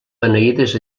beneïdes